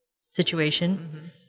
situation